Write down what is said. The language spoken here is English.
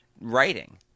writing